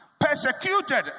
Persecuted